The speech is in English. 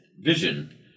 Vision